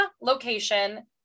location